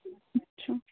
ਅੱਛਾ